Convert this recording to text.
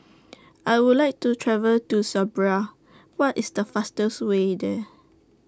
I Would like to travel to Serbia What IS The fastest Way There